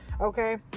Okay